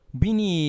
bini